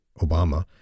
Obama